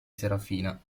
serafina